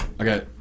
Okay